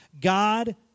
God